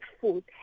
food